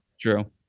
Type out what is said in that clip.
True